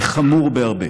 זה חמור בהרבה,